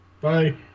Bye